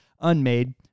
Unmade